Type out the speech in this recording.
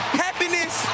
happiness